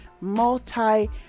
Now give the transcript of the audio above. multi